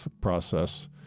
process